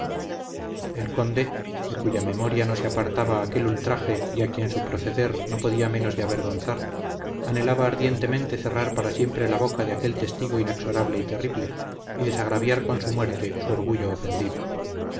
el conde de cuya memoria no se apartaba aquel ultraje y a quien su proceder no podía menos de avergonzar anhelaba ardientemente cerrar para siempre la boca de aquel testigo inexorable y terrible y desagraviar con su muerte su orgullo ofendido